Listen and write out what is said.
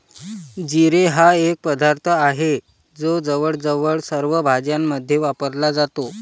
जिरे हा एक पदार्थ आहे जो जवळजवळ सर्व भाज्यांमध्ये वापरला जातो